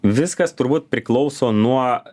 viskas turbūt priklauso nuo